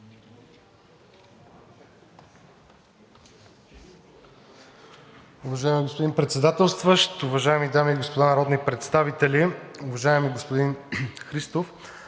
Уважаеми господин Председателстващ, уважаеми дами и господа народни представители! Уважаеми господин Христов,